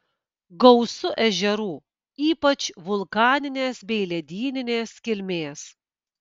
gausu ežerų ypač vulkaninės bei ledyninės kilmės